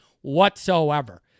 whatsoever